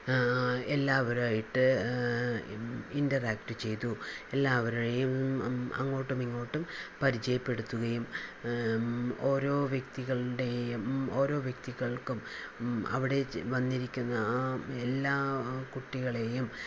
എല്ലാവരുമായിട്ട് ഇൻറ്ററാക്റ്റ് ചെയ്തു എല്ലാവരെയും അങ്ങോട്ടും ഇങ്ങോട്ടും പരിചയപ്പെടുത്തുകയും ഓരോ വ്യക്തികളുടെയും ഓരോ വ്യക്തികൾക്കും അവിടെ വന്നിരിക്കുന്ന എല്ലാ കുട്ടികളേയും